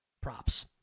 Props